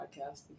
podcast